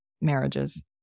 marriages